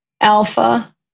alpha